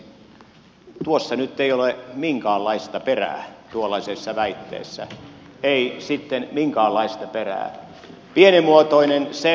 tuollaisessa väitteessä nyt ei ole minkäänlaista perää ei sitten minkäänlaista perää